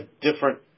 different –